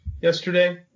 yesterday